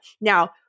Now